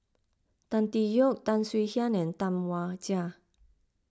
Tan Tee Yoke Tan Swie Hian and Tam Wai Jia